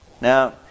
Now